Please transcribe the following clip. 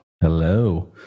hello